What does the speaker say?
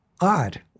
odd